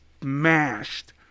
smashed